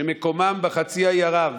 שמקומם בחצי האי ערב,